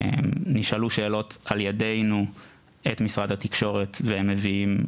נשאלו שאלות על ידינו את משרד התקשורת והם מביאים,